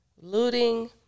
looting